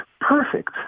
perfect